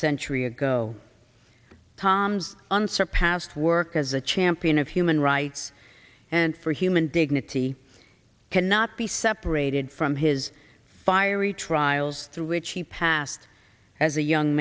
century ago tom's unsurpassed work as a champion of human rights and for human dignity cannot be separated from his fiery trials through which he passed as a young